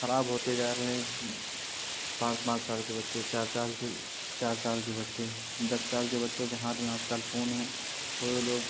خراب ہوتے جا رہے ہیں پانچ پانچ سال کے بچے چار چال کے چار سال کے بچے دس سال کے بچوں کے ہاتھ میں آج کل فون ہیں اور وہ لوگ